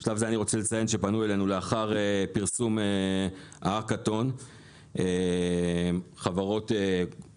ב בשלב זה אני רוצה לציין שפנו אלינו לאחר פרסום ההקאתון חברות ענק